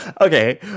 Okay